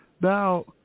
now